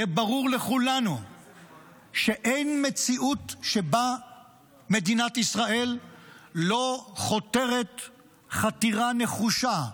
יהיה ברור לכולנו שאין מציאות שבה מדינת ישראל לא חותרת חתירה נחושה,